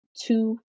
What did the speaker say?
two